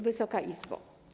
Wysoka Izbo!